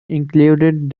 included